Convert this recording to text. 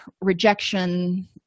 rejection